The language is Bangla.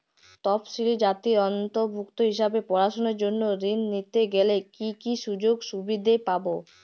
তফসিলি জাতির অন্তর্ভুক্ত হিসাবে পড়াশুনার জন্য ঋণ নিতে গেলে কী কী সুযোগ সুবিধে পাব?